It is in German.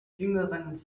jüngeren